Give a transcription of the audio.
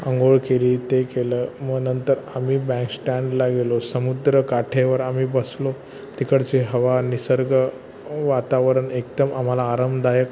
अंघोळ केली ते केलं मग नंतर आम्ही बँडस्टॅन्डला गेलो समुद्र काठेवर आम्ही बसलो तिकडची हवा निसर्ग वातावरण एकदम आम्हाला आरामदायक